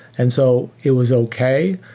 and so it was okay,